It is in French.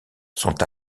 sont